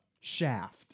Shaft